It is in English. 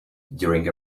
during